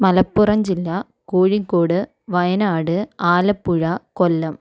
മലപ്പുറം ജില്ല കോഴിക്കോട് വയനാട് ആലപ്പുഴ കൊല്ലം